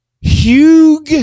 Hugh